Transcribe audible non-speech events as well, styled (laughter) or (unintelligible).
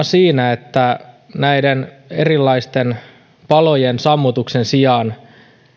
(unintelligible) siinä että näiden erilaisten palojen sammutuksen sijaan